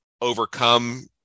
overcome